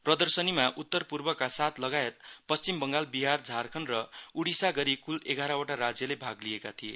प्रदर्शनीमा उत्तरपूर्वका सात लगायत पश्चिम बङगाल बिहार झारखण्ड र उड्डिसा गरी क्ल एघारवटा राज्यले भाग लिएका थिए